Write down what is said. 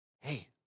hey